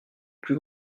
plus